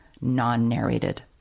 non-narrated